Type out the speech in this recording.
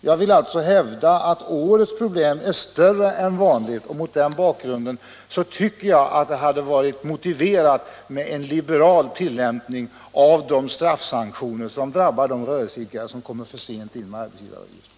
Jag vill alltså hävda att problemen i år är större än vanligt, och mot den bakgrunden anser jag att det hade varit motiverat med en liberal tillämpning av de straffsanktioner som drabbar de rörelseidkare som lämnar i arbetsgivaruppgiften för sent.